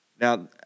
Now